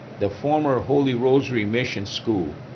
the former holy rosary mission school,